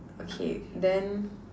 okay then